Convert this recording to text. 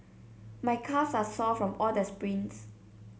my calves are sore from all the sprints